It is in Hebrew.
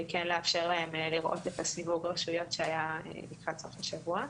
כן לאפשר להם לראות את סיווג הרשויות שהיה לקראת סוף השבוע.